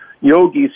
Yogis